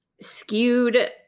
skewed